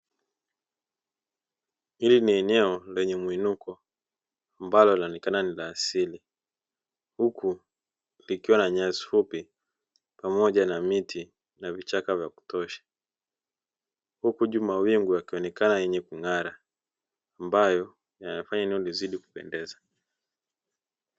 Hili ni eneo lenye mwinuko ambalo linaonekana ni la asili, huku likiwa na nyasi fupi pamoja na miti na vichaka vya kutosha, huku juu mawingu yakionekana yenye kung'ara ambayo yanafanya eneo lizidi kupendeza.